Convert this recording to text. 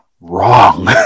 wrong